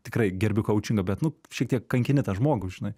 tikrai gerbiu kaučingą bet nu šiek tiek kankini tą žmogų žinai